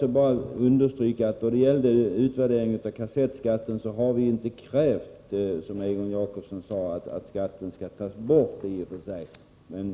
Slutligen vill jag understryka att vad gäller utvärderingen av kassettskatten, så har vi i och för sig inte krävt — som Egon Jacobsson sade — att skatten skall tas bort.